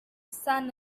sun